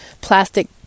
plastic